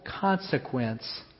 consequence